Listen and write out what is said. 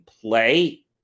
play